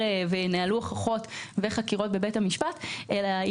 והם מנהלים הוכחות וחקירות בבית המשפט אלא שהיא